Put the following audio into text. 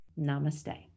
namaste